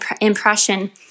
impression